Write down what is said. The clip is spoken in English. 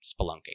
spelunking